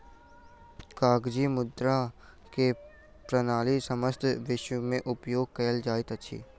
कागजी मुद्रा के प्रणाली समस्त विश्व में उपयोग कयल जाइत अछि